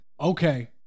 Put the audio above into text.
Okay